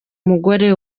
mugore